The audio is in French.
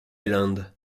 island